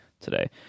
today